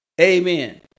Amen